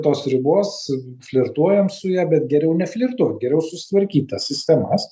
tos ribos flirtuojam su ja bet geriau neflirtuot geriau susitvarkyt tas sistemas